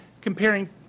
comparing